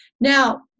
Now